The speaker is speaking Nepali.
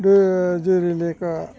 डु जुरेलीको